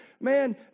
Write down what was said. Man